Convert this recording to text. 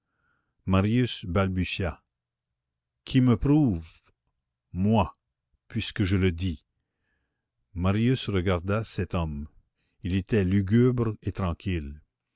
marius balbutia qui me prouve moi puisque je le dis marius regarda cet homme il était lugubre et tranquille